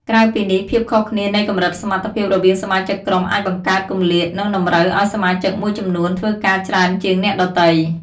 ក្រៅពីនេះ ភាពខុសគ្នានៃកម្រិតសមត្ថភាពរវាងសមាជិកក្រុមអាចបង្កើតគម្លាត និងតម្រូវឱ្យសមាជិកមួយចំនួនធ្វើការច្រើនជាងអ្នកដទៃ។